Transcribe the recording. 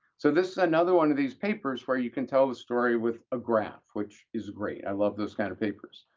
so this is another one of these papers where you can tell the story with a graph, which is great. i love those kind of papers,